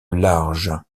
large